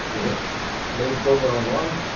to hit load firmware online